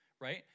Right